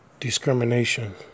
Discrimination